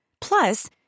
Plus